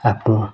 आफ्नो